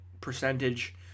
percentage